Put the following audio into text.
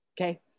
Okay